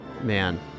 man